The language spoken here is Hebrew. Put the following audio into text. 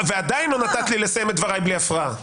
ועדיין לא נתת לי לסיים את דבריי בלי הפרעה.